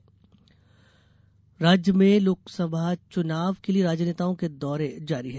चुनाव प्रचार राज्य में लोकसभा चुनाव के लिये राजनेताओं के दौरे जारी हैं